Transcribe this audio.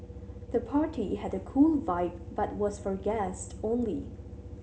the party had a cool vibe but was for guests only